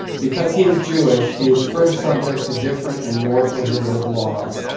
because he is jewish, he is first subject to different and more prohibitive laws.